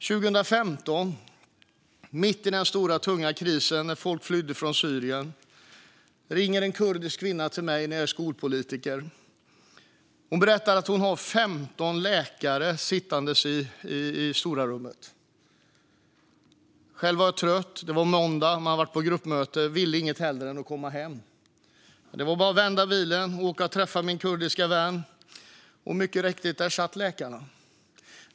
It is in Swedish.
År 2015, mitt i den stora och tunga krisen när folk flydde från Syrien, ringde en kurdisk kvinna till mig, som då var skolpolitiker. Hon berättade att hon hade 15 läkare sittandes i stora rummet. Själv var jag trött. Det var måndag och jag hade varit på gruppmöte. Jag ville inget hellre än att komma hem. Men det var bara att vända bilen och åka och träffa min kurdiska vän. Mycket riktigt - där satt läkarna.